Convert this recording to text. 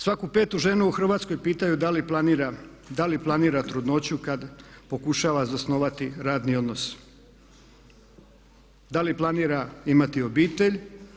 Svaku petu ženu u Hrvatskoj pitaju da li planira trudnoću kad pokušava zasnovati radni odnos, da li planira imati obitelj?